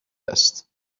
است